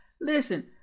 Listen